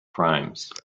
crimes